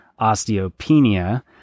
osteopenia